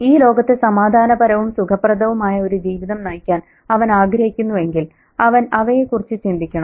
ഈ ലോകത്ത് സമാധാനപരവും സുഖപ്രദവുമായ ഒരു ജീവിതം നയിക്കാൻ അവൻ ആഗ്രഹിക്കുന്നുവെങ്കിൽ അവൻ അവയെക്കുറിച്ച് ചിന്തിക്കണം